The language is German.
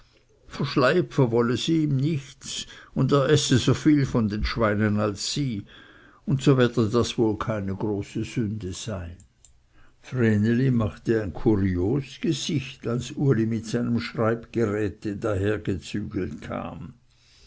verschleipfe wolle sie ihm nichts und er esse so viel von den schweinen als sie und so werde das wohl keine große sünde sein vreneli machte ein kurios gesicht als uli mit seinem schreibgeräte dahergezügelt kam